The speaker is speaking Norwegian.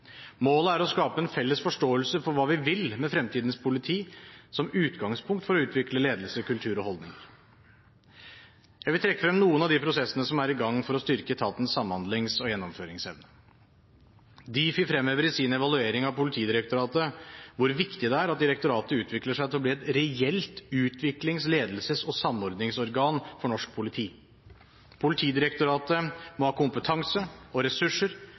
Målet er å skape en felles forståelse for hva vi vil med fremtidens politi, som utgangspunkt for å utvikle ledelse, kultur og holdninger. Jeg vil trekke frem noen av de prosessene som er i gang for å styrke etatens samhandlings- og gjennomføringsevne. Difi fremhever i sin evaluering av Politidirektoratet hvor viktig det er at direktoratet utvikler seg til å bli «et reelt utviklings-, ledelses- og samordningsorgan for norsk politi». Politidirektoratet må ha kompetanse og ressurser